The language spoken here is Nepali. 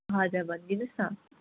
हजुर भनिदिनुहोस् न